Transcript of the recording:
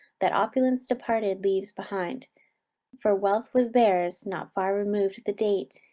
that opulence departed leaves behind for wealth was theirs, not far remov'd the date,